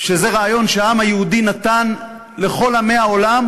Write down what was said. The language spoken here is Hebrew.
שזה רעיון שהעם היהודי נתן לכל עמי העולם,